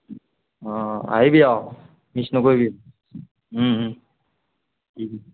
আহিবি আৰু মিছ নকৰিবি দি দিবি